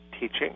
teaching